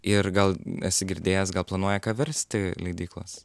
ir gal esi girdėjęs gal planuoja ką versti leidyklos